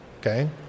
Okay